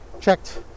checked